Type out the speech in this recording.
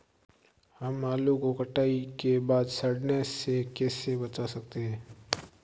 हम आलू को कटाई के बाद सड़ने से कैसे बचा सकते हैं?